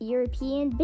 European